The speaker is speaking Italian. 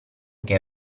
che